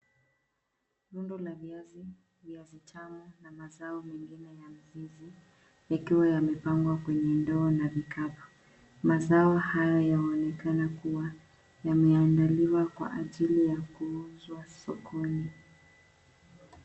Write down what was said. Rundo la viazi, viazi tamu, na mazao mengine ya mizizi yakiwa yamepangwa kwenye ndoo na vikapu. Mazao hayo yaonekana kuwa wameandaliwa kwa ajili ya kuuzwa sokoni.